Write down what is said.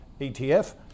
ETF